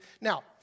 Now